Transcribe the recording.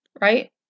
right